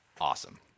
awesome